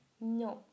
No